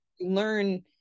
learn